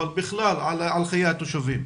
אבל בכלל על חיי התושבים.